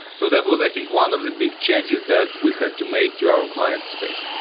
so that was i think one of the big changes that we had to make to our client space.